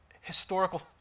historical